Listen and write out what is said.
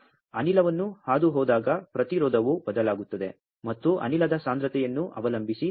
ನೀವು ಅನಿಲವನ್ನು ಹಾದುಹೋದಾಗ ಪ್ರತಿರೋಧವು ಬದಲಾಗುತ್ತದೆ ಮತ್ತು ಅನಿಲದ ಸಾಂದ್ರತೆಯನ್ನು ಅವಲಂಬಿಸಿ ಪ್ರತಿರೋಧವು ಹೆಚ್ಚು ಬದಲಾಗುತ್ತದೆ